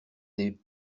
des